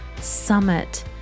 summit